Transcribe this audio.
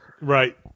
Right